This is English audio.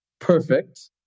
Perfect